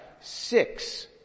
six